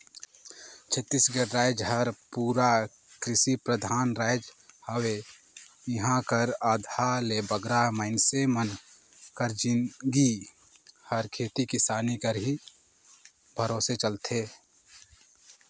छत्तीसगढ़ राएज हर पूरा किरसी परधान राएज हवे इहां कर आधा ले बगरा मइनसे मन कर जिनगी हर खेती किसानी कर ही भरोसे चलथे